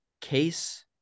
case